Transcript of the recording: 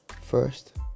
first